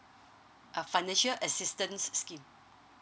uh financial assistance scheme